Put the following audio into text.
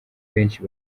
benshi